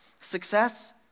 success